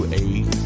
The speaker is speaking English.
eight